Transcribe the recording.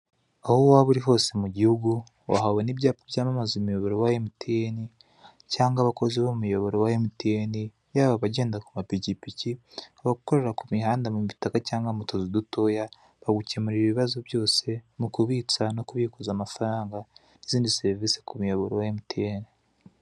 Aho waba uri hose mu gihugu, wahabona ibyapa byamamaza umuyoboro wa MTN, cyangwa abakozi b'umuyoboro wa MTN: yaba abagenda ku mapikipiki, abakorera ku mihanda mu mitaka cyangwa mu tuzu dutoya; bagukemurira ibibazo byose mu kubitsa no kubikuza amafaranga n'izindi serivise ku muyoboro wa MTN.